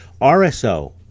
RSO